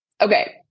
okay